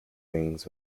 wings